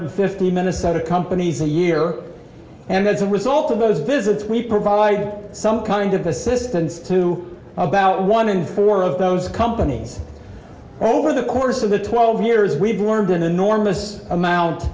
hundred fifty minnesota companies a year and as a result of those visits we provide some kind of assistance to about one in four of those companies over the course of the twelve years we've learned an enormous amount